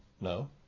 No